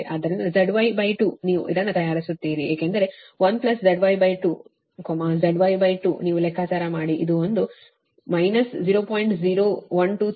ಆದ್ದರಿಂದ ZY2 ನೀವು ಇದನ್ನು ತಯಾರಿಸುತ್ತೀರಿ ಏಕೆಂದರೆ 1ZY2 ZY2 ನೀವು ಲೆಕ್ಕಾಚಾರ ಮಾಡಿ ಇದು ಒಂದು 0